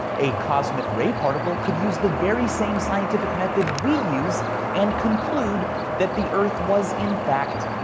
a cosmic ray particle could use the very same scientific method we use and conclude that the earth was, in fact,